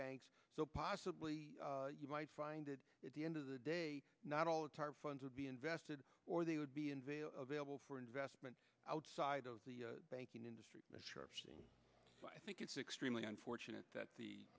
banks so possibly you might find it at the end of the day not all the tarp funds would be invested or they would be unveiled available for investment outside of the banking industry i think it's extremely unfortunate that the